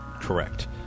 Correct